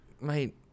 mate